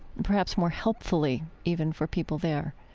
perhaps more helpfully, even for people there?